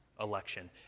election